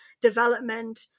development